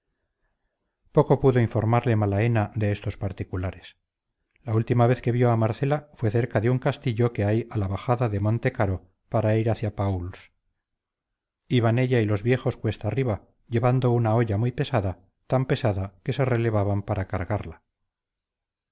poco pudo informarle malaena de estos particulares la última vez que vio a marcela fue cerca de un castillo que hay a la bajada de monte caro para ir hacia pauls iban ella y los viejos cuesta arriba llevando una olla muy pesada tan pesada que se relevaban para cargarla